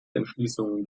entschließungen